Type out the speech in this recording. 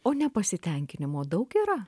o nepasitenkinimo daug yra